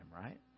right